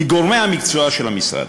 מגורמי המקצוע של המשרד,